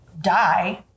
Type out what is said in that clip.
die